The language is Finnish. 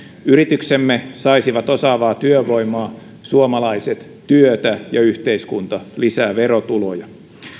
yrityksemme saisivat osaavaa työvoimaa suomalaiset työtä ja yhteiskunta lisää verotuloja